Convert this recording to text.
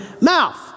mouth